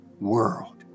world